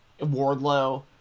Wardlow